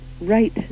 right